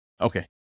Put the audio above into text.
Okay